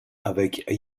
avec